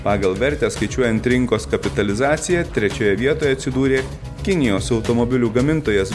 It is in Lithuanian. pagal vertę skaičiuojant rinkos kapitalizaciją trečioje vietoje atsidūrė kinijos automobilių gamintojas